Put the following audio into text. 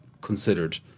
considered